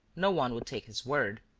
no one would take his word.